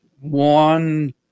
one –